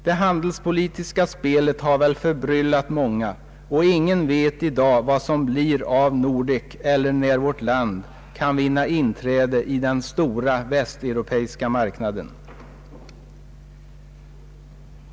Det handelspolitiska spelet har förbryllat många, och ingen vet i dag vad som blir av Nordek eller när vårt land kan vinna inträde i den stora västeuropeiska marknaden.